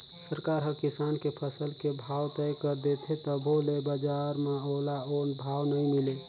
सरकार हर किसान के फसल के भाव तय कर देथे तभो ले बजार म ओला ओ भाव नइ मिले